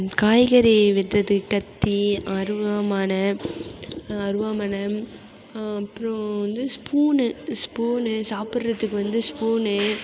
காய்கறி வெட்டுறதுக்கு கத்தி அருவாமனை அருவாமனை அப்புறம் வந்து ஸ்பூனு ஸ்பூனு சாப்புடறத்துக்கு வந்து ஸ்பூனு